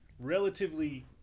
relatively